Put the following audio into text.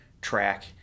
track